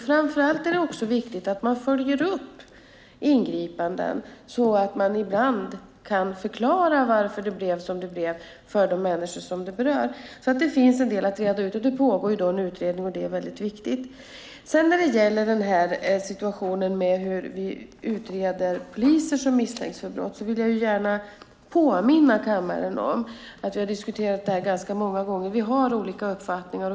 Framför allt är det viktigt att man följer upp ingripanden, så att man ibland kan förklara varför det blev som det blev för de människor som det berör. Det finns en del att reda ut, och det pågår en utredning, och det är väldigt viktigt. När det gäller hur vi utreder poliser som misstänks för brott vill jag gärna påminna kammaren om att vi har diskuterat det ganska många gånger. Vi har olika uppfattningar.